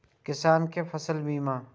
किसान कै फसल बीमा?